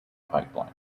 pipeline